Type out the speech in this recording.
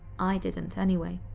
i didn't anyway.